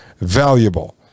valuable